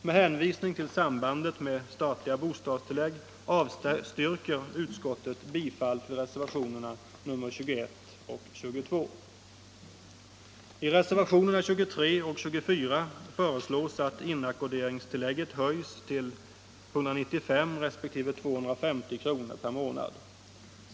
Med hänvisning till sambandet med statliga bostadstillägg avstyrker utskottet de motioner som ligger till grund för reservationerna 21 och 2; I reservationerna 23 och 24 föreslås att inackorderingstillägget höjs till 195 resp. 250 kr. per månad.